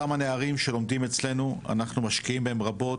אותם הנערים שלומדים אצלנו אנחנו משקיעים בהם רבות,